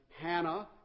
Hannah